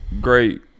great